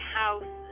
house